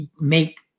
make